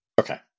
Okay